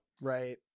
Right